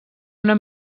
una